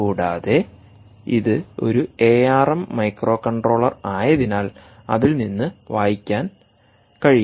കൂടാതെ ഇത് ഒരു എ ആർ എം മൈക്രോകൺട്രോളർ ആയതിനാൽ അതിൽ നിന്ന് വായിക്കാൻ കഴിയും